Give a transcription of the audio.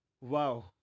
Wow